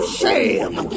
shame